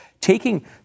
taking